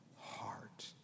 heart